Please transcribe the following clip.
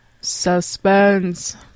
Suspense